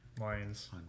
Lions